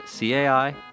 cai